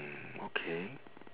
mm okay